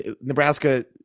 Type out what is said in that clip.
Nebraska